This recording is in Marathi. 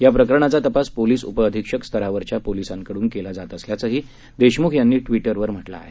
या प्रकरणाचा तपास पोलिस उपअधीक्षक स्तरावरच्या पोलीसांकडून केला जात असल्याचंही देशमुख यांनी ट्विटरवर म्हटलं आहे